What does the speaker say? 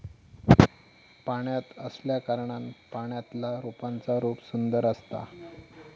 पाण्यात असल्याकारणान पाण्यातल्या रोपांचा रूप सुंदर असता